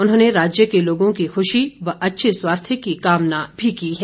उन्होंने राज्य के लोगों की खुशी व अच्छे स्वास्थ्य की कामना भी की है